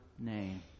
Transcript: name